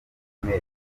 bimwe